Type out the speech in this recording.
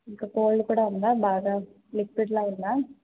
ఇంక కోల్డ్ కూడా ఉందా బాగా లిక్విడ్లా ఉందా